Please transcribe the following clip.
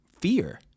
fear